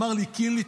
אמר לי: קינלי,